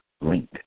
link